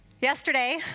Yesterday